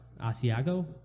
Asiago